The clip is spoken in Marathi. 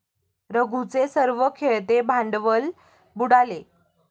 रघूचे सर्व खेळते भांडवल बुडाले